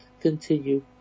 continue